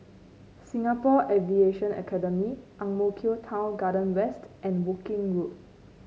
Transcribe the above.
Singapore Aviation Academy Ang Mo Kio Town Garden West and Woking Road